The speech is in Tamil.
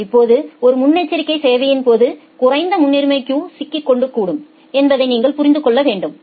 இப்போது ஒரு முன்னெச்சரிக்கை சேவையின் போது குறைந்த முன்னுரிமை கியூ சிக்கிக்கொள்ளக்கூடும் என்பதை நீங்கள் புரிந்து கொள்ள முடியும்